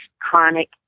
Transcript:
chronic